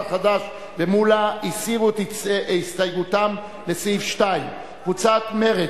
חד"ש ומולה הסירו את הסתייגותם לסעיף 2. קבוצת מרצ,